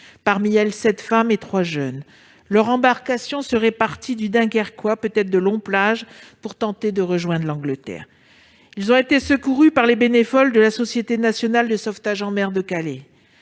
Parmi elles, il y avait 7 femmes et 3 jeunes. Leur embarcation serait partie du Dunkerquois, peut-être de Loon-Plage, pour tenter de rejoindre l'Angleterre. Ils ont été secourus par les bénévoles de la Société nationale de sauvetage en mer (SNSM) de Calais.